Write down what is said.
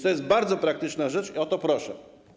To jest bardzo praktyczna rzecz, dlatego o to proszę.